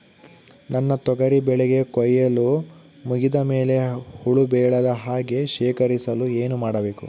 ನನ್ನ ತೊಗರಿ ಬೆಳೆಗೆ ಕೊಯ್ಲು ಮುಗಿದ ಮೇಲೆ ಹುಳು ಬೇಳದ ಹಾಗೆ ಶೇಖರಿಸಲು ಏನು ಮಾಡಬೇಕು?